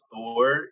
Thor